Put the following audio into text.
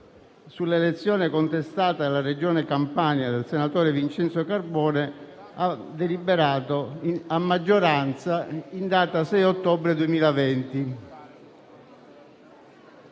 sulla elezione contestata nella Regione Campania del senatore Vincenzo Carbone, deliberata a maggioranza, in data 6 ottobre 2020;